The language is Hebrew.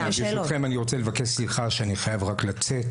ברשותכם, אני רוצה רק לבקש סליחה שאני חייב לצאת.